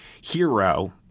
hero